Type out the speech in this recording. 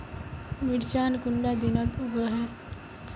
मिर्चान कुंडा दिनोत उगैहे?